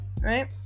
Right